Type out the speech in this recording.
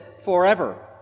forever